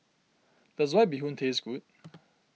does White Bee Hoon taste good